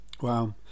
Wow